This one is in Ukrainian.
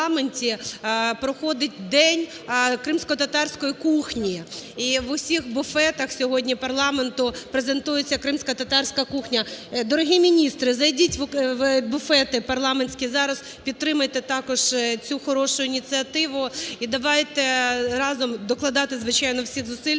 проходить День кримськотатарської кухні. І в усіх буфетах сьогодні парламенту презентується кримськотатарська кухня. Дорогі міністри, зайдіть в буфети парламентські зараз, підтримайте також цю хорошу ініціативу. І давайте разом докладати, звичайно, всіх зусиль